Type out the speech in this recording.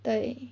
对